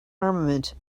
armament